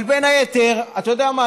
אתה יודע מה?